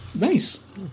Nice